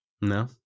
No